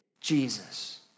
Jesus